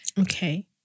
Okay